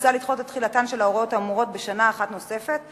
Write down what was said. מוצע לדחות את תחילתן של ההוראות האמורות בשנה אחת נוספת,